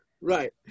Right